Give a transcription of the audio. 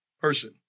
person